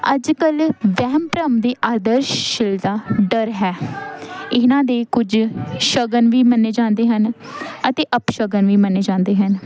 ਅੱਜ ਕੱਲ ਵਹਿਮ ਭਰਮ ਦੇ ਆਦਰਸ਼ ਸ਼ੀਲਤਾ ਡਰ ਹੈ ਇਹਨਾਂ ਦੇ ਕੁਝ ਸ਼ਗਨ ਵੀ ਮੰਨੇ ਜਾਂਦੇ ਹਨ ਅਤੇ ਅਪਸ਼ਗਨ ਵੀ ਮੰਨੇ ਜਾਂਦੇ ਹਨ